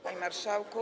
Panie Marszałku!